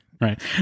right